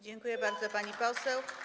Dziękuję bardzo, pani poseł.